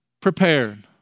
prepared